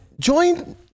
join